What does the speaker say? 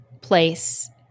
place